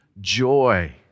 joy